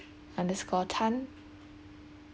underscore tan